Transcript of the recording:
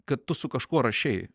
kad tu su kažkuo rašei